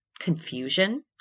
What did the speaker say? confusion